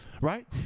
right